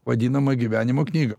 vadinamą gyvenimo knygą